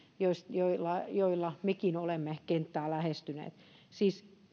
joilla joilla mekin olemme kenttää lähestyneet